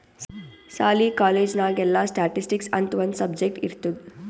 ಸಾಲಿ, ಕಾಲೇಜ್ ನಾಗ್ ಎಲ್ಲಾ ಸ್ಟ್ಯಾಟಿಸ್ಟಿಕ್ಸ್ ಅಂತ್ ಒಂದ್ ಸಬ್ಜೆಕ್ಟ್ ಇರ್ತುದ್